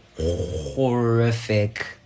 horrific